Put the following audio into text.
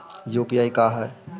UPI का है?